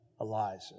Elijah